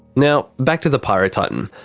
now, back to the pyrotitan.